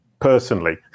personally